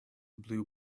blue